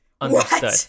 Understood